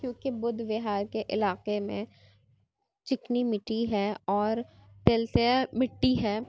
کیوں کہ بُدھ وِہار کے علاقے میں چکنی مٹی ہے اور تلتیا مٹی ہے